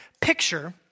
picture